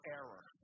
error